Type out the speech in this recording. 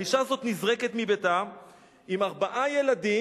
האשה הזאת נזרקת מביתה עם ארבעה ילדים.